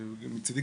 מצידי,